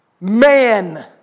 Man